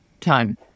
time